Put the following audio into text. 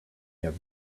have